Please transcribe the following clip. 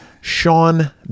Sean